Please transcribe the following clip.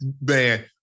man